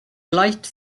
light